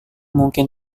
mungkin